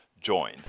join